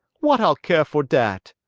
what ah'll care for dat?